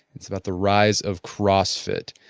it's about the rise of crossfit.